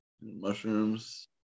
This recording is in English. mushrooms